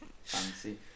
Fancy